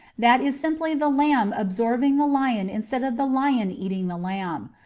that is simply the lamb absorbing the lion instead of the lion eating the lamb.